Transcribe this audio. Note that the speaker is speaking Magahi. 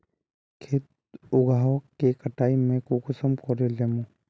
खेत उगोहो के कटाई में कुंसम करे लेमु?